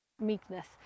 meekness